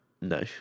No